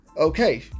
Okay